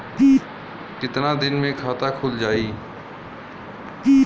कितना दिन मे खाता खुल जाई?